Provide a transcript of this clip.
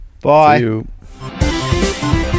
bye